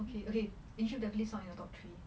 okay okay egypt definitely not in your top three